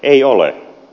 ei ole